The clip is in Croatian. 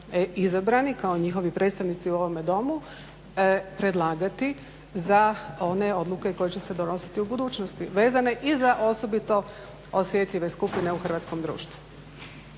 izabrani kao njihovi predstavnici u ovome Domu predlagati za one odluke koje će se donositi u budućnosti vezane i za osobito osjetljive skupine u hrvatskom društvu.